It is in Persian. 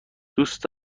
دوست